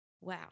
wow